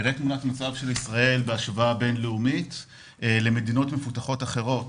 אני אראה תמונת מצב של ישראל בהשוואה בין-לאומית למדינות מפותחות אחרות,